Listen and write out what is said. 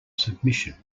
submission